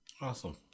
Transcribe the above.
Awesome